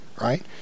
right